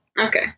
Okay